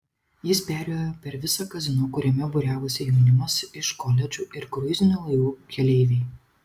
jis perėjo per visą kazino kuriame būriavosi jaunimas iš koledžų ir kruizinių laivų keleiviai